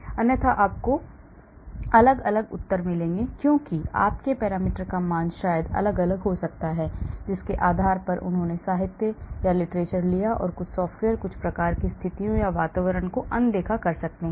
अन्यथा आपको अलग अलग उत्तर मिलेंगे क्यों कि आपके पैरामीटर का मान शायद अलग अलग हो सकता है जिसके आधार पर उन्होंने साहित्य लिया और कुछ सॉफ़्टवेयर कुछ प्रकार की स्थितियों या वातावरण को अनदेखा कर सकते हैं